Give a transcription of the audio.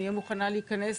אני אהיה מוכנה להיכנס